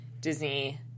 Disney